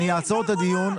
זה כואב לי.